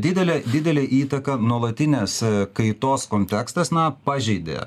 didelė didelė įtaka nuolatinės kaitos kontekstas na pažeidė